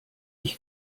ich